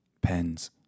Pens